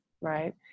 right